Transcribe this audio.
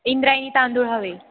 इंद्रायणी तांदूळ हवे